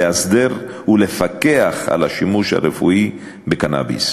לאסדר את השימוש הרפואי בקנאביס